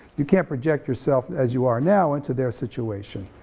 you can't project yourself as you are now into their situation,